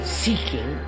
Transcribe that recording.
seeking